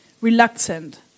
reluctant